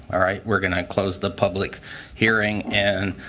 all right. we're going to close the public hearing and